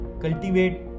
cultivate